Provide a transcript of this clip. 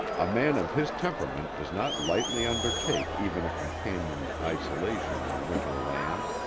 a man of his temperament does not lightly undertake even a companioned isolation in a winter land.